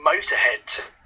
motorhead